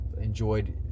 enjoyed